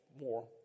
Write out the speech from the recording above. more